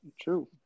true